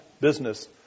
business